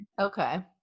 okay